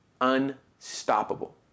unstoppable